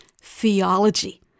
theology